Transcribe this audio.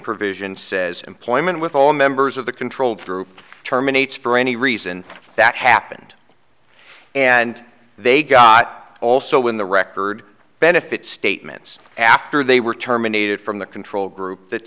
provision says employment with all members of the control group terminates for any reason that happened and they got also when the record benefit statements after they were terminated from the control group that